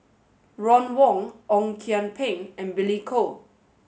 Ron Wong Ong Kian Peng and Billy Koh